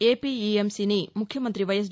ఏపీఈఎంసీని ముఖ్యమంతి వైఎస్